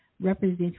represent